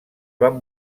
van